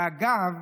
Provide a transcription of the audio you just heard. ואגב,